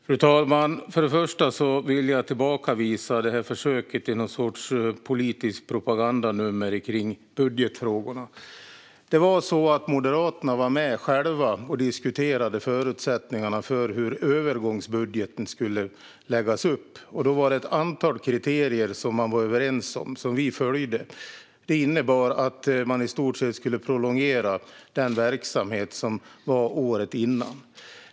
Fru talman! Först vill jag tillbakavisa det här försöket till politiskt propagandanummer när det gäller budgetfrågorna. Moderaterna var själva med och diskuterade förutsättningarna för hur övergångsbudgeten skulle läggas upp. Då var det ett antal kriterier som man var överens om och som vi följde. Det innebar att man i stort sett skulle prolongera den verksamhet som fanns året innan.